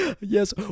Yes